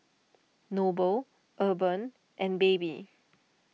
Noble Urban and Baby